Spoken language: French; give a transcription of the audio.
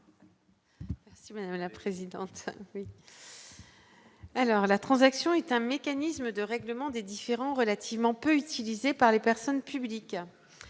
vous avez la présidente. Alors, la transaction est un mécanisme de règlement des différends relativement peu utilisé par les personnes publiques